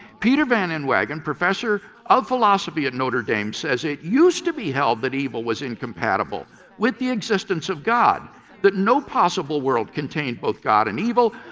peter van inwagen, professor of philosophy at notre dame, says it used to be widely held that evil. was incompatible with the existence of god that no possible world contained both god and evil.